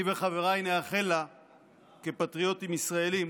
כפטריוטים ישראלים